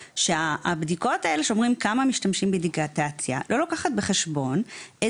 שהבדיקות האלה שאומרים כמה משתמשים בדיגיטציה לא לוקחת בחשבון את